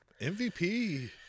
MVP